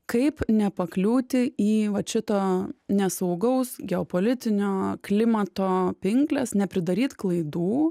kaip nepakliūti į vat šito nesaugaus geopolitinio klimato pinkles nepridaryt klaidų